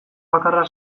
bakarra